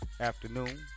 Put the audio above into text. afternoon